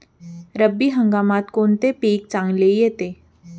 रब्बी हंगामात कोणते पीक चांगले येते?